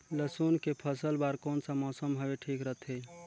लसुन के फसल बार कोन सा मौसम हवे ठीक रथे?